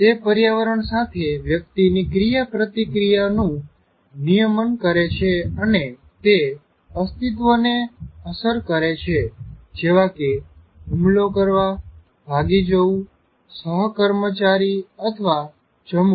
તે પર્યાવરણ સાથે વ્યક્તિની ક્રીયા - પ્રતિક્રિયાઓનું નિયમન કરે છે અને તે અસ્તિત્વને અસર કરે છે જેવા કે હુમલો કરવા ભાગી જવું સહ કર્મચારી અથવા જમવું